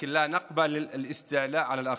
אבל אנחנו לא מקבלים את ההתנשאות על האחרים.